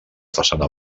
façana